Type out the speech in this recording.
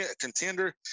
contender